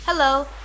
Hello